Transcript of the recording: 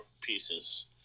pieces